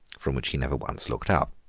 from which he never once looked up.